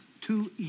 Two